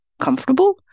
comfortable